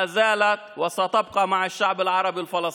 עודם ויוסיפו להיות עם העם הערבי הפלסטיני.)